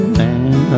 man